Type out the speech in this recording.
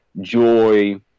joy